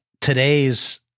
today's